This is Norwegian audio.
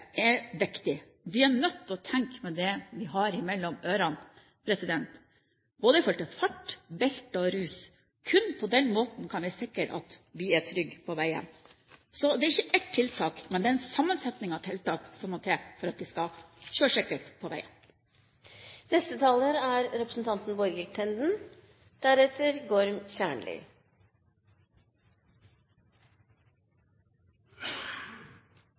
Vi er nødt til å tenke med det vi har mellom ørene i forhold til både fart, belte og rus. Kun på den måten kan vi sikre at vi er trygge på veiene. Det er ikke ett tiltak, men et sett av tiltak som må til for at vi skal kjøre sikkert på